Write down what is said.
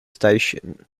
station